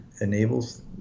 enables